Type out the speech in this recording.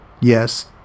Yes